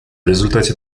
результате